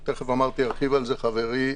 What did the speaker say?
אמרתי, על זה ירחיב חברי.